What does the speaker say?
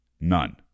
None